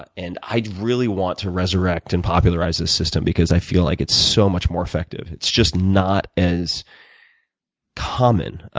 and i really want to resurrect and popularize this system because i feel like it's so much more effective. it's just not as common,